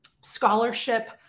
scholarship